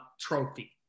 trophy